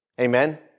Amen